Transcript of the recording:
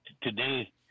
today